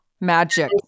magic